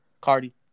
Cardi